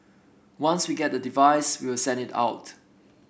once we get the advice we will send it out